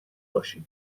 باشی